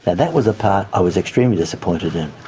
that was the part i was extremely disappointed in.